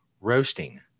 roasting